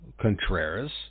Contreras